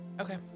Okay